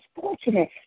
fortunate